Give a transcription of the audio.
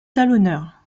talonneur